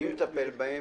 מי מטפל בהם?